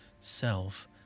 self